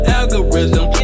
algorithm